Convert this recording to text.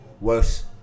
Worse